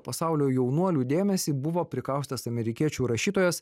pasaulio jaunuolių dėmesį buvo prikaustęs amerikiečių rašytojas